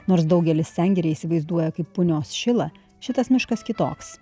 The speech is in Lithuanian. nors daugelis sengirę įsivaizduoja kaip punios šilą šitas miškas kitoks